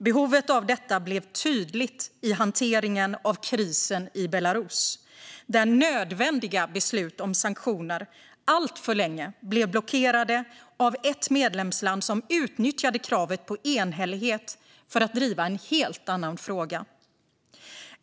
Behovet av detta blev tydligt i hanteringen av krisen i Belarus, där nödvändiga beslut om sanktioner alltför länge blev blockerade av ett medlemsland som utnyttjade kravet på enhällighet för att driva en helt annan fråga.